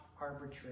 arbitrary